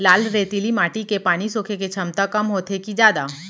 लाल रेतीली माटी के पानी सोखे के क्षमता कम होथे की जादा?